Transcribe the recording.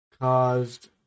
caused